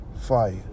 fire